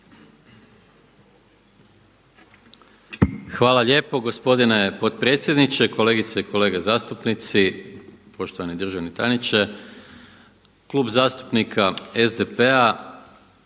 Hvala lijepo gospodine potpredsjedniče, kolegice i kolege zastupnici, poštovani državni tajniče. Klub zastupnika SDP-a,